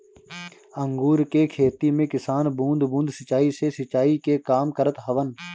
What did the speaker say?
अंगूर के खेती में किसान बूंद बूंद सिंचाई से सिंचाई के काम करत हवन